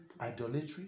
idolatry